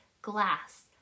glass